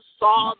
saw